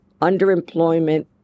underemployment